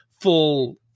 full